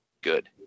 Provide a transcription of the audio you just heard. good